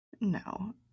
no